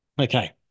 Okay